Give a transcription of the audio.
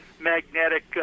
magnetic